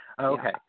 Okay